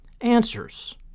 answers